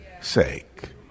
sake